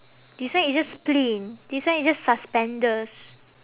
this one is just clean this one is just suspenders